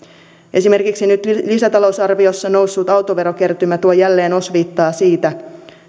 esimerkiksi nyt lisätalousarviossa noussut autoverokertymä tuo jälleen osviittaa siitä